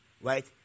right